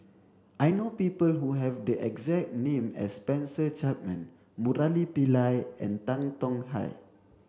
I know people who have the exact name as Spencer Chapman Murali Pillai and Tan Tong Hye